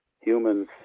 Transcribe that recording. humans